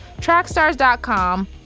trackstars.com